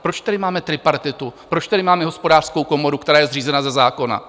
Proč tady máme tripartitu, proč tady máme Hospodářskou komoru, která je zřízena ze zákona?